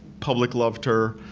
public loved her.